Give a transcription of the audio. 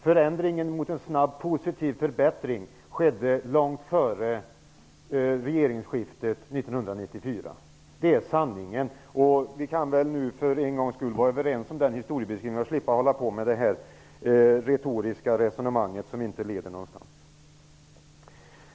Förändringen mot en snabb, positiv förbättring skedde långt före regeringsskiftet 1994. Det är sanningen. Vi kan väl för en gångs skull vara överens om den historiebeskrivning, så att vi slipper hålla på med detta retoriska resonemang som inte leder någonstans.